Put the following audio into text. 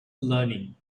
learning